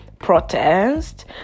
protest